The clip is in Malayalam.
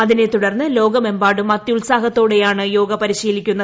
അതിനെ തുടർന്ന് ലോകമെമ്പാടും അത്യൂൽസാഹത്തോടെയാണ് യോഗ പരിശീലിക്കുന്നത്